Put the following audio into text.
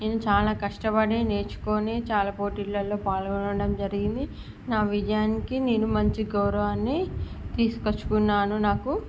నేను చాలా కష్టపడి నేర్చుకోని చాలా పోటీల్లో పాల్గొనడం జరిగింది నా విజయానికి నేను మంచి గౌరవాన్ని తీసుకువచ్చుకున్నాను నాకు